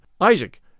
Isaac